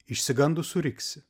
išsigandus surinksi